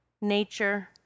nature